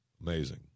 Amazing